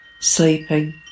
sleeping